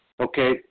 okay